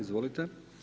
Izvolite.